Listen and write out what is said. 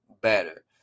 better